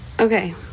Okay